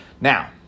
Now